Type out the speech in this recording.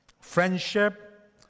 friendship